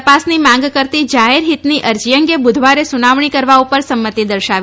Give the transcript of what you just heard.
તપાસની માંગ કરતી જાહેરહીતની અરજી અંગે બુધવારે સુનાવણી કરવા ઉપર સંમતિ દર્શાવી છે